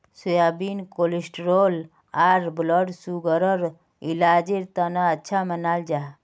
soybean cholesterol आर blood sugar इलाजेर तने अच्छा मानाल जाहा